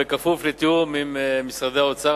בכפוף לתיאום עם משרדי האוצר,